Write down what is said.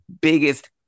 biggest